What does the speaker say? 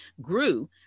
grew